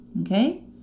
Okay